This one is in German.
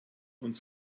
und